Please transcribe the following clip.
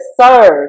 serve